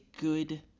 good